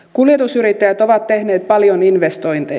kuljetusyrittäjät ovat tehneet paljon investointeja